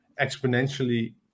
exponentially